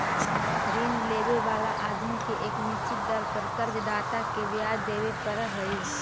ऋण लेवे वाला आदमी के एक निश्चित दर पर कर्ज दाता के ब्याज देवे पड़ऽ हई